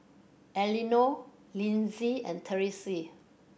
Elenore Linzy and Therese